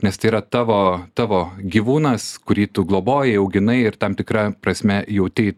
nes tai yra tavo tavo gyvūnas kurį tu globojai auginai ir tam tikra prasme jautei